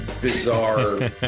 bizarre